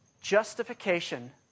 justification